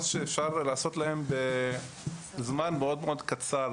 שאפשר לעשות להן בזמן מאוד מאוד קצר,